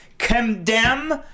condemn